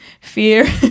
fear